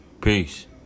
Peace